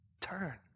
turn